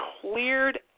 cleared